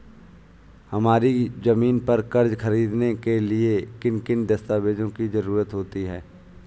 हमारी ज़मीन पर कर्ज ख़रीदने के लिए किन किन दस्तावेजों की जरूरत होती है?